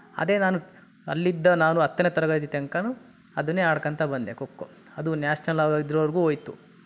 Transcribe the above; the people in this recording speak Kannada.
ಅದೇ ನಾನು ಅಲ್ಲಿಂದ ನಾನು ಹತ್ತನೇ ತರಗತಿ ತನಕನೂ ಅದನ್ನೇ ಆಡ್ಕೊಂತ ಬಂದೆ ಖೊ ಖೋ ಅದು ನ್ಯಾಷ್ನಲ್ ಇದ್ರವರೆಗೂ ಹೋಯ್ತು